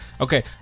Okay